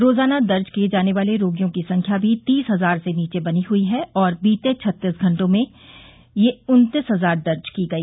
रोजाना दर्ज किए जाने वाले रोगियों की संख्या भी तीस हजार से नीचे बनी हुई है और बीते छत्तीस घंटों यह में उन्तीस हजार दर्ज की गई